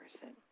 person